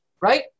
right